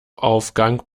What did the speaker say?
aufgang